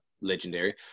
legendary